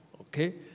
okay